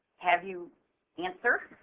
have you answer.